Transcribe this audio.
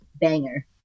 Banger